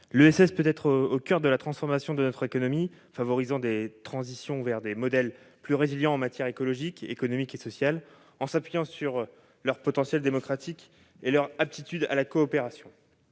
l'ESS peut être au coeur de la transformation de notre économie : elle peut favoriser les transitions vers des modèles plus résilients en matière écologique, économique et sociale, en s'appuyant sur leur potentiel démocratique et de coopération.